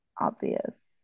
obvious